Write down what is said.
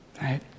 right